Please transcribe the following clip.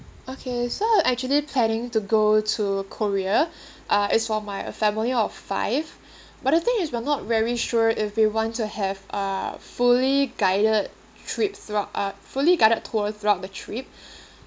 okay so I'm actually planning to go to korea uh it's for my family of five but the thing is we're not very sure if we want to have uh fully guided trip throughout uh fully guided tour throughout the trip